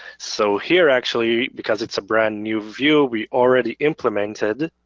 so here actually, because it's a brand new view, we already implemented